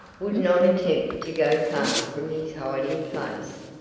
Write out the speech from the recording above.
would not attempt to go far from his hiding place.